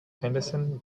henderson